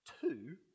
Two